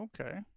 okay